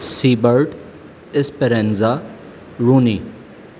Seibert Esperanza Ronnie